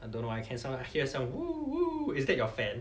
I don't know I can somewhat hear some !woo! !woo! is that your fan